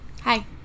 Hi